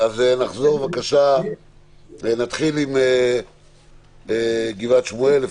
נתחיל עם גבעת שמואל.